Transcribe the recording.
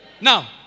Now